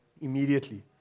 Immediately